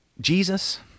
Jesus